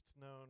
known